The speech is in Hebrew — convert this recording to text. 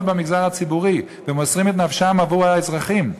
במגזר הציבורי ומוסרים את נפשם עבור האזרחים,